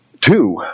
two